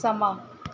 ਸਮਾਂ